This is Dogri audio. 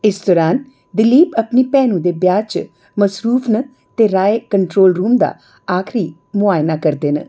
इस दरान दिलीप अपनी भैनू दे ब्याह् च मसरूफ न ते राय कंट्रोल रूम दा आखरी मुआइना करदे न